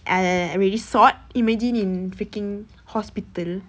I I I already sot imagine in freaking hospital